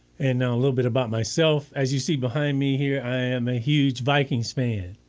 and little bit about myself, as you see behind me here i am a huge vikings fan.